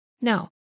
No